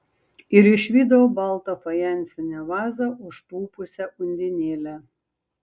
ir išvydau baltą fajansinę vazą užtūpusią undinėlę